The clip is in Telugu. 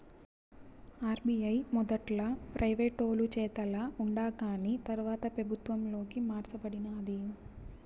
ఆర్బీఐ మొదట్ల ప్రైవేటోలు చేతల ఉండాకాని తర్వాత పెబుత్వంలోకి మార్స బడినాది